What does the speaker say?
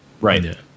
Right